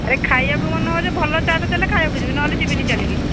ଆରେ ଖାଇବାକୁ ମନ ହେବ ଯେ ଭଲ ଚାଟ୍ ଦେଲେ ଖାଇବାକୁ ଯିବି ନହେଲେ ଯିବିନି ଚାଲିକି